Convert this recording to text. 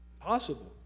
possible